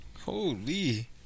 Holy